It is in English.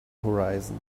horizon